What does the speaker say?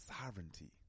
sovereignty